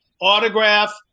Autograph